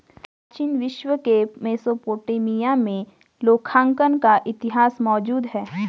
प्राचीन विश्व के मेसोपोटामिया में लेखांकन का इतिहास मौजूद है